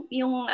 yung